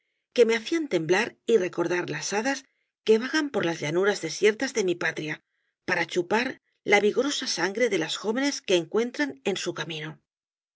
que me hacían temblar y recordar las hadas que vagan por rosalía de castro las llanuras desiertas de mi patria para chupar la vigorosa sangre de las jóvenes que encuentran en su camino